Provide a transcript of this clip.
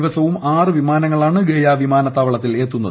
ദിവസവും ആറ് വിമാനങ്ങളാണ് ഗയ വിമാനത്താവളത്തിൽ എത്തുന്നത്